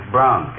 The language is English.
Brown